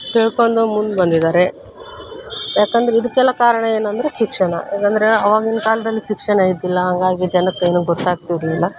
ತಿಳ್ಕೊಂಡು ಮುಂದೆ ಬಂದಿದ್ದಾರೆ ಯಾಕಂದ್ರೆ ಇದಕ್ಕೆಲ್ಲ ಕಾರಣ ಏನಂದರೆ ಶಿಕ್ಷಣ ಹೇಗಂದ್ರೆ ಅವಾಗಿನ ಕಾಲದಲ್ಲಿ ಶಿಕ್ಷಣ ಇದ್ದಿಲ್ಲ ಹಾಗಾಗಿ ಜನಕ್ಕೆ ಏನು ಗೊತ್ತಾಗ್ತಿರಲಿಲ್ಲ